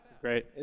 Great